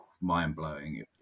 mind-blowing